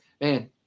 man